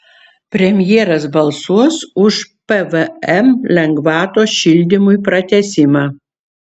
premjeras balsuos už pvm lengvatos šildymui pratęsimą